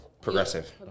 progressive